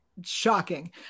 shocking